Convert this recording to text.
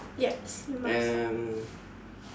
and